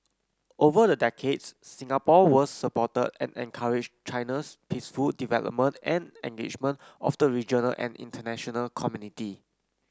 over the decades Singapore was supported and encouraged China's peaceful development and engagement of the regional and international community